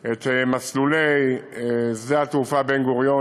את מסלולי שדה-התעופה בן-גוריון,